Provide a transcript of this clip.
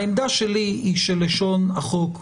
העמדה שלי שלשון החוק,